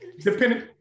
depending